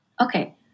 Okay